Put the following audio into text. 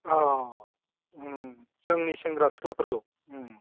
अ जोंनि सेंग्रा सिख्लाफोरखौ